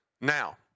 Now